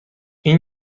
این